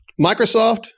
Microsoft